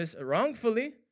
wrongfully